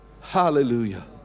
Hallelujah